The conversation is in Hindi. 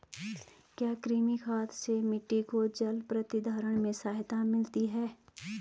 क्या कृमि खाद से मिट्टी को जल प्रतिधारण में सहायता मिलती है?